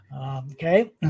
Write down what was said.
Okay